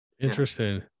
interesting